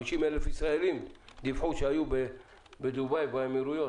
50,000 ישראלים דיווחו שהיו בדובאי ובאמירויות.